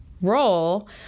role